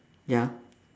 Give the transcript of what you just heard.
ya